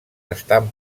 estan